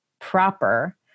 proper